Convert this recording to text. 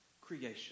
creation